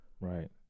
Right